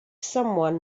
someone